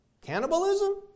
Cannibalism